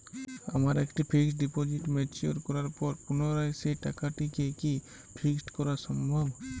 আমার একটি fixed deposit mature করার পর পুনরায় সেই টাকাটিকে কি ফিক্সড করা সম্ভব?